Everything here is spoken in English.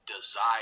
desire